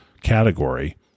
category